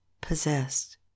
possessed